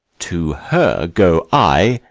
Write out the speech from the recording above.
to her go i,